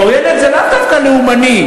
"עוינת" זה לאו דווקא לאומני.